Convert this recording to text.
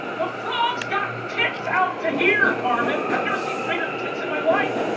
the frog's got tits out to here, carmen! i've never seen bigger tits in my life.